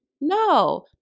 No